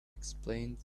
explained